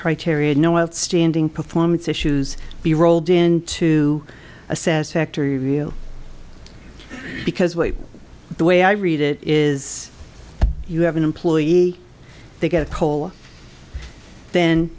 criteria no outstanding performance issues be rolled into a says factory real because wait the way i read it is you have an employee they get a cold then